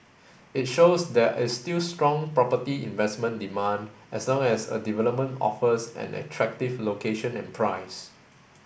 it shows there is still strong property investment demand as long as a development offers an attractive location and price